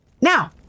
now